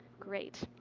great.